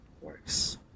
works